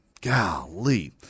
Golly